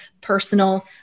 personal